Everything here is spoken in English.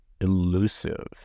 Elusive